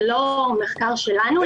זה לא מחקר שלנו,